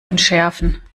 entschärfen